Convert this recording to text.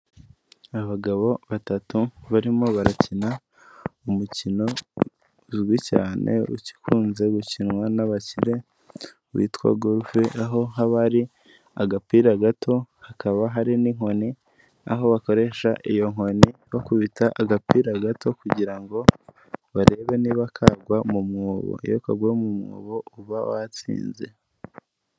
Abagabo batatu barimo barakina umukino uzwi cyane ukunze gukinwa n'abakire witwa gorufe aho haba ari agapira gato hakaba hari n'inkoni aho bakoresha iyo nkoni bakubita agapira gato kugira ngo barebe niba akagwa mu mwobo, iyo kaguye m'umwobo uba watsinze.